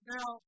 Now